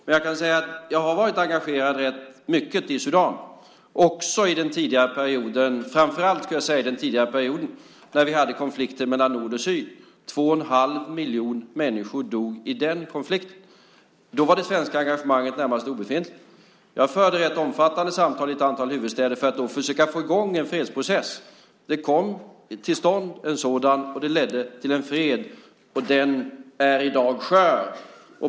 Men jag kan säga att jag har varit rätt mycket engagerad i Sudan, framför allt under den tidigare perioden när vi hade konflikter mellan nord och syd. Två och en halv miljon människor dog i den konflikten. Då var det svenska engagemanget närmast obefintligt. Jag förde rätt omfattande samtal i ett antal huvudstäder för att då försöka få i gång en fredsprocess. Det kom till stånd en sådan, och det ledde till en fred. Den är i dag skör.